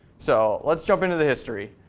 so let's jump into the history.